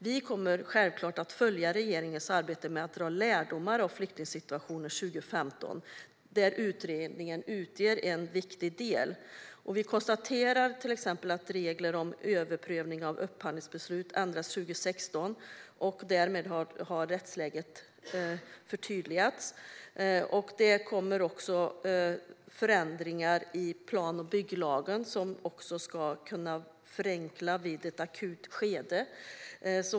Vi kommer självklart att följa regeringens arbete med att dra lärdom av flyktingsituationen 2015. Där utgör utredningen en viktig del. Vi konstaterar att till exempel reglerna om överprövning av upphandlingsbeslut ändrades 2016, och därmed har rättsläget förtydligats. Förändringar i plan och bygglagen ska också kunna förenkla hanteringen vid ett akut skede.